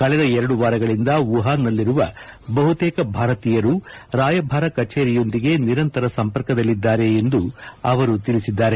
ಕಳೆದ ಎರಡು ವಾರಗಳಿಂದ ವುಹಾನ್ನಲ್ಲಿರುವ ಬಹುತೇಕ ಭಾರತೀಯರು ರಾಯಭಾರಿ ಕಚೇರಿಯೊಂದಿಗೆ ನಿರಂತರ ಸಂಪರ್ಕದಲ್ಲಿದ್ಲಾರೆ ಎಂದು ಅವರು ತಿಳಿಸಿದ್ದಾರೆ